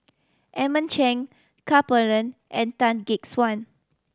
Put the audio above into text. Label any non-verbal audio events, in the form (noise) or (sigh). Edmund Cheng Ka (unintelligible) and Tan Gek Suan